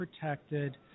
protected